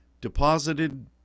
deposited